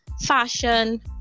fashion